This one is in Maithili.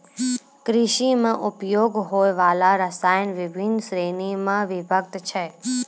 कृषि म उपयोग होय वाला रसायन बिभिन्न श्रेणी म विभक्त छै